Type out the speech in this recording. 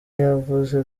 yavuze